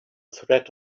threat